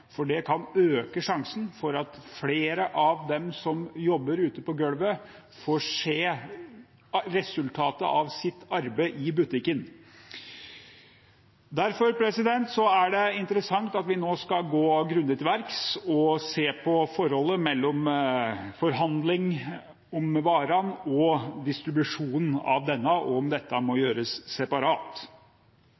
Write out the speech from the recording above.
for det kan øke sjansen for at flere av dem som jobber ute på gulvet, får se resultatet av sitt arbeid i butikken. Det er interessant at vi nå skal gå grundig til verks og se på forholdet mellom forhandling om varene og distribusjonen av disse, og om dette må